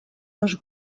dos